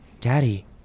Daddy